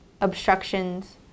obstructions